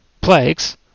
Plagues